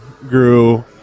grew